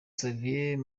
savio